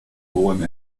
hohem